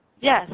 Yes